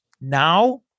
now